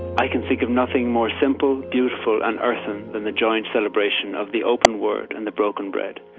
i can think of nothing more simple, beautiful, and earthen than the joy and celebration of the open word and the broken bread.